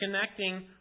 connecting